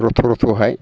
रथ' रथ'हाय